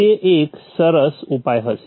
તે એક સરસ ઉપાય હશે